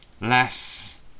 Less